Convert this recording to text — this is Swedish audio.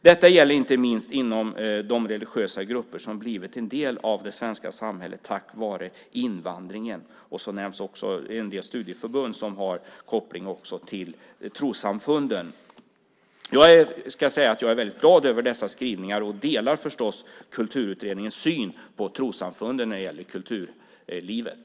Detta gäller inte minst inom de religiösa grupper som blivit en del av det svenska samhället tack vare invandringen." Man nämner också en del studieförbund som också har koppling till trossamfunden. Jag är väldigt glad över dessa skrivningar och delar förstås Kulturutredningens syn på trossamfunden när det gäller kulturlivet.